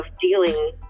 dealing